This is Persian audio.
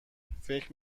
فکر